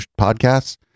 podcasts